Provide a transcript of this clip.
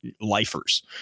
lifers